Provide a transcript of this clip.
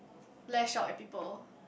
lash out at people